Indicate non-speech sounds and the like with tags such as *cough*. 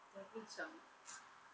tapi macam *noise*